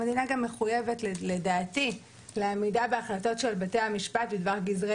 המדינה גם מחויבת לדעתי לעמידה בהחלטות של בתי המשפט בדבר גזרי